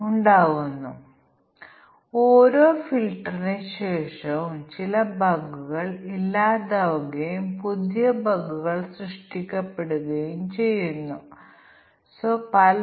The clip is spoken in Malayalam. അതിനാൽ ഈ ക്രമീകരണങ്ങളുടെ ഒരു പ്രത്യേക കോമ്പിനേഷനായി ഫോണ്ട് മാഞ്ഞുപോകുമോ അതോ ഫോണ്ട് ദൃശ്യമാകില്ലേ എന്ന് ഞങ്ങൾക്ക് അറിയില്ല